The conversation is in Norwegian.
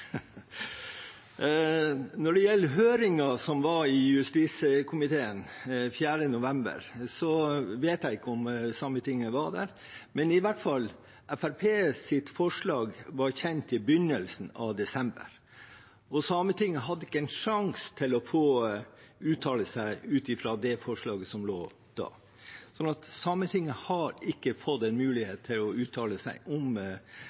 Når det gjelder høringen som var i justiskomiteen 4. november, vet jeg ikke om Sametinget var der. Men Fremskrittspartiets forslag var i hvert fall kjent i begynnelsen av desember, og Sametinget hadde ikke en sjanse til å få uttale seg ut fra det forslaget som forelå da. Så Sametinget har ikke fått en mulighet til å uttale seg om